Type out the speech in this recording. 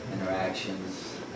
interactions